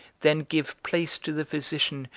then give place to the physician,